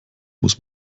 muss